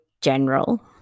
general